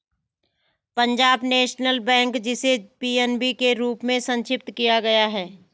Punjab National Bank, जिसे PNB के रूप में संक्षिप्त किया गया है